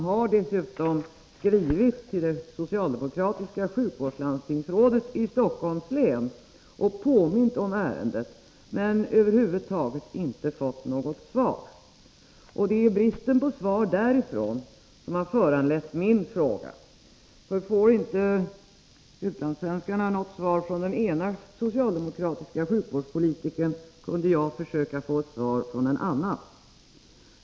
Föreningen har skrivit till det socialdemokratiska sjukvårdslandstingsrådet i Stockholms län och påmint om ärendet, men över huvud taget inte fått något svar. Det är bristen på svar därifrån som har föranlett min fråga. Fick inte utlandssvenskarna något svar från den ena socialdemokratiska sjukvårdspolitikern, kunde ju jag försöka få svar från en annan.